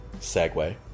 segue